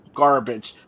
garbage